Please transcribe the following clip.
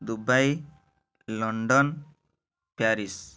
Dubai London Paris